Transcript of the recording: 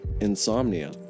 insomnia